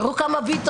תראו כמה ביטונים.